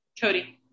Cody